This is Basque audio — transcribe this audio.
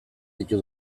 ditu